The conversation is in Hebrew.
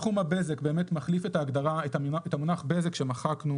תחום הבזק באמת מחליף את המונח בזק שמחקנו